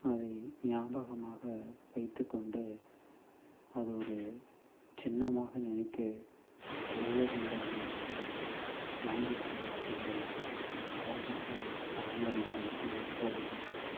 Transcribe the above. அதை ஞாபகமாக வைத்துக்கொண்டு அது ஒரு சின்னமாக நினைத்து ஒவ்வொரு முறையும் வாங்கி வந்த வாட்சுகளை அழகாக அலமாரியில் வைத்து அழகு பார்ப்பான்